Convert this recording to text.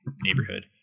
neighborhood